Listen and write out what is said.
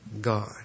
God